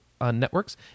Networks